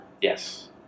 Yes